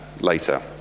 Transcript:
later